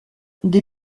des